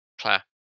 Claire